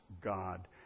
God